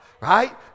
right